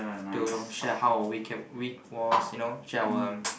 to share how our week was you know share our